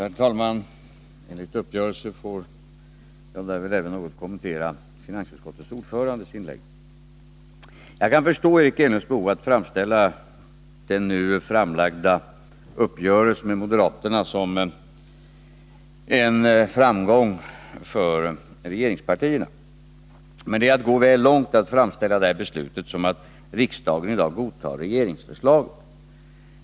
Herr talman! Enligt uppgörelse får jag i denna replik även något kommentera det inlägg som gjordes av finansutskottets ordförande. Jag förstår Eric Enlunds behov av att framställa den nu framlagda uppgörelsen med moderaterna som en framgång för regeringspartierna. Men det är att gå väl långt att framställa det här beslutet som att riksdagen i dag godtar regeringsförslaget.